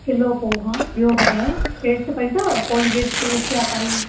kilo पोहा ॿियो ॿुधायो पेस्ट पेई अथव कोलगेट पेस्ट या काई